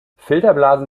filterblasen